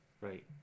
right